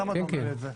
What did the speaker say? אז למה אתה אומר את זה?